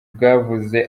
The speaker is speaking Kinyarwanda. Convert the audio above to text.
bwavuze